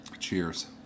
cheers